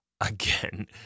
again